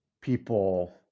people